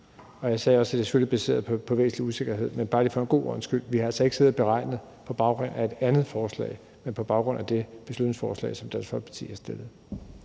og jeg sagde også, at det jo selvfølgelig er baseret på væsentlig usikkerhed. Men bare lige for god ordens skyld: Vi har altså ikke siddet og beregnet det på baggrund af et andet forslag, men på baggrund af det beslutningsforslag, som Dansk Folkeparti har fremsat.